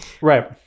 Right